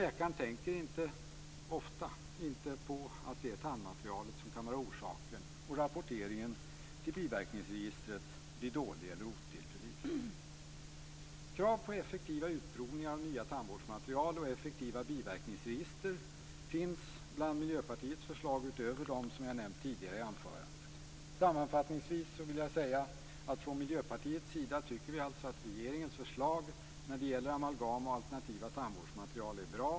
Läkaren tänker ofta inte på att tandvårdsmaterialet kan vara orsaken. Rapporteringen till biverkningsregistret blir då dålig eller otillförlitlig. Krav på effektiva utprovningar av nya tandvårdsmaterial och effektiva biverkningsregister finns bland Miljöpartiets förslag utöver dem som jag har nämnt tidigare i anförandet. Sammanfattningsvis vill jag säga att vi från Miljöpartiets sidan tycker att regeringens förslag när det gäller amalgam och alternativa tandvårdsmaterial är bra.